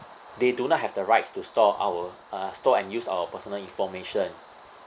they do not have the rights to store our uh store and use our personal information